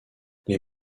les